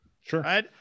Sure